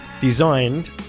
designed